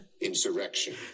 insurrection